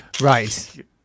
Right